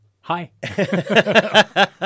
Hi